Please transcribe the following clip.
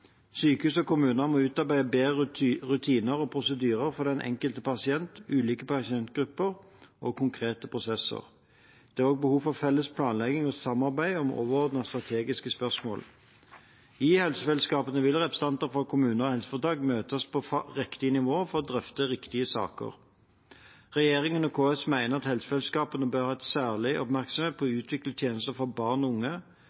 Sykehus og kommuner må utarbeide bedre rutiner og prosedyrer for den enkelte pasient, ulike pasientgrupper og konkrete prosesser. Det er også behov for felles planlegging og samarbeid om overordnede strategiske spørsmål. I helsefellesskapene vil representanter fra kommuner og helseforetak møtes på riktig nivå for å drøfte riktige saker. Regjeringen og KS mener at helsefellesskapene bør ha særlig oppmerksomhet på å utvikle tjenester for barn og unge,